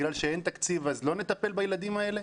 בגלל שאין תקציב אז לא נטפל בילדים האלה?